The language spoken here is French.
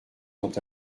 sont